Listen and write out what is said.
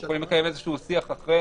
אנחנו יכולים לקיים איזשהו שיח אחרי